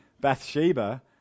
Bathsheba